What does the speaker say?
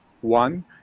One